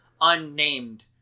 unnamed